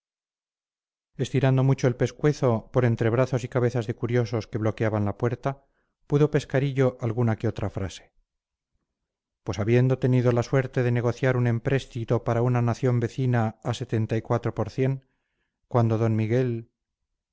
estirando mucho el pescuezo por entre brazos y cabezas de curiosos que bloqueaban la puerta pudo pescar hillo alguna que otra frase pues habiendo tenido la suerte de negociar un empréstito para una nación vecina a por cuando don miguel